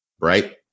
right